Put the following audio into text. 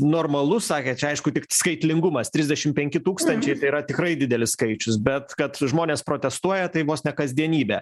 normalu sakė čia aišku tik skaitlingumas trisdešim penki tūkstančiai tai yra tikrai didelis skaičius bet kad žmonės protestuoja tai vos ne kasdienybė